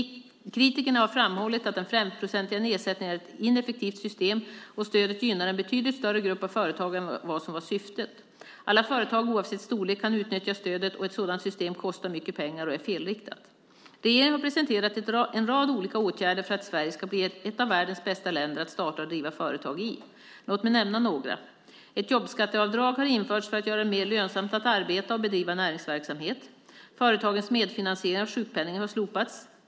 Kritikerna har framhållit att den 5-procentiga nedsättningen är ett ineffektivt system. Stödet gynnar en betydligt större grupp av företag än vad som var syftet. Alla företag oavsett storlek kan utnyttja stödet. Ett sådant system kostar mycket pengar och är felriktat. Regeringen har presenterat en rad olika åtgärder för att Sverige ska bli ett av världens bästa länder att starta och driva företag i. Låt mig nämna några. Ett jobbskatteavdrag har införts för att göra det mer lönsamt att arbeta och bedriva näringsverksamhet. Företagens medfinansiering av sjukpenningen har slopats.